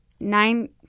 nine